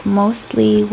mostly